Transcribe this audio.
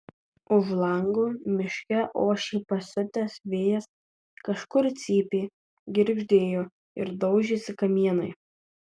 už lango miške ošė pasiutęs vėjas kažkur cypė girgždėjo ir daužėsi kamienai